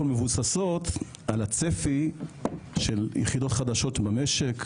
מבוססות על הצפי של יחידות חדשות במשק,